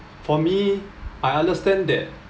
for me I understand that